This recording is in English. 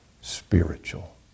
spiritual